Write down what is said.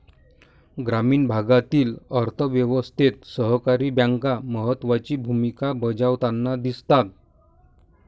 ग्रामीण भागातील अर्थ व्यवस्थेत सहकारी बँका महत्त्वाची भूमिका बजावताना दिसतात